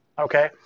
Okay